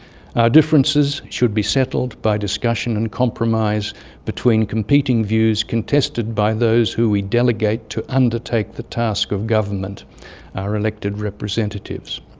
our differences should be settled by discussion and compromise between competing views contested by those who we delegate to undertake the task of government our elected representatives.